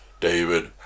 David